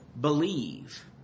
believe